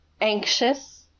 anxious